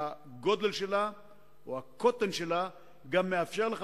הגודל של מדינת ישראל או הקוטן שלה מאפשר לך